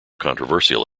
controversial